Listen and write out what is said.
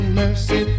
mercy